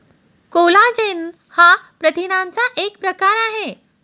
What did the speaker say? collagen हा प्रथिनांचा एक प्रकार आहे